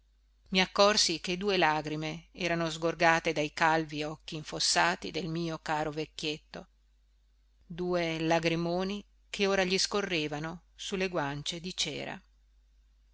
i accorsi che due lagrime erano sgorgate dai calvi occhi infossati del mio caro vecchietto due lagrimoni che ora gli scorrevano su le guance di cera